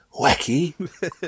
wacky